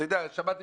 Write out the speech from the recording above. יש לנו